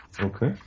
Okay